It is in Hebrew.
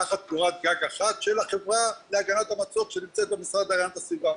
תחת קורת גג אחת של החברה להגנת המצוק שנמצאת במשרד להגנת הסביבה.